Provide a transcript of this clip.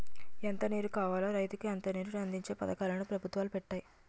ఎంత నీరు కావాలో రైతుకి అంత నీరుని అందించే పథకాలు ను పెభుత్వాలు పెట్టాయి